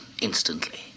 instantly